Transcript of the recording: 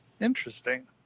Interesting